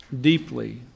deeply